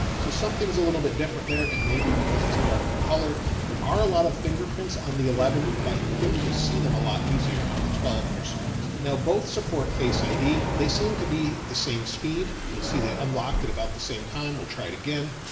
so something's a little bit different there. it may be because it's a darker color. there are a lot of fingerprints on the eleven, but i think you'll see them a lot easier on the twelve. for some reason now both support face id. they seem to be the same speed. you'll see they unlocked at about the same time. we'll try it again.